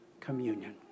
communion